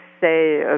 say